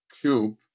cube